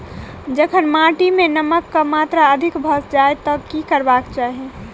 जखन माटि मे नमक कऽ मात्रा अधिक भऽ जाय तऽ की करबाक चाहि?